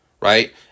right